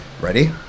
Ready